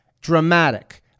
dramatic